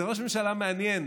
זה ראש ממשלה מעניין,